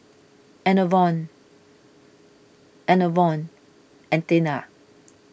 Enervon Enervon and Tena